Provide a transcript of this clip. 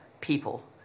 people